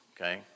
okay